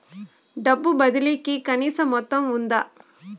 డబ్బు బదిలీ కి కనీస మొత్తం ఉందా?